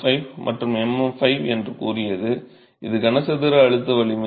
5 மற்றும் MM 5 என்று கூறியது இது கனசதுர அழுத்த வலிமை